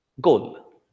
goal